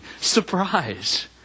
Surprise